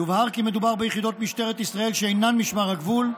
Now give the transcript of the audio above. יובהר כי מדובר ביחידות משטרת ישראל שאינן משמר הגבול,